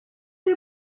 who